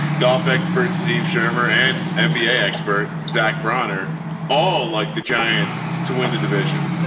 golf expert, steve schermer and and nba expert, zach bronner all like the giants to win the division